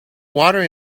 water